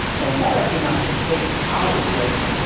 the letter came out to the states hours later.